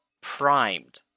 primed